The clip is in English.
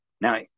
Now